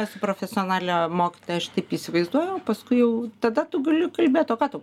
esu profesionalia mokytoja aš tik įsivaizduoju o paskui jau tada tu gali kalbėt o ką tau